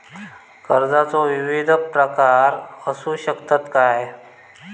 कर्जाचो विविध प्रकार असु शकतत काय?